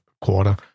quarter